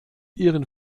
ihren